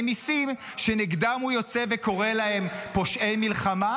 מיסים שנגדם הוא יוצא וקורא להם "פושעי מלחמה"